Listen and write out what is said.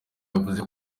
yavuze